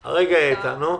בבקשה.